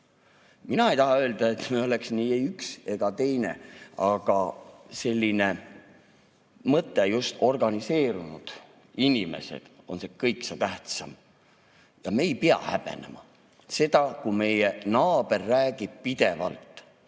Mina ei taha öelda, et me oleks üks või teine, aga selline mõte, et just organiseerunud inimesed on kõige tähtsam. Me ei pea häbenema seda, kui meie naaber pidevalt